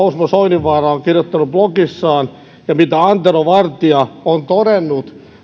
osmo soininvaara on kirjoittanut blogissaan ja mitä antero vartia on todennut